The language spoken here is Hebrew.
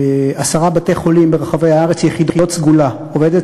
בעשרה בתי-חולים ברחבי הארץ "יחידות סגולה": עובדת